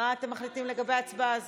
מה אתם מחליטים לגבי ההצבעה הזו?